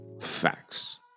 Facts